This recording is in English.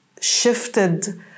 shifted